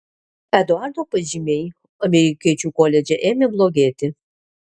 eduardo pažymiai amerikiečių koledže ėmė blogėti